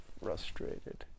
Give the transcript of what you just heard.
frustrated